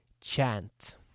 chant